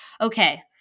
Okay